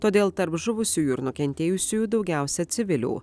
todėl tarp žuvusiųjų ir nukentėjusiųjų daugiausia civilių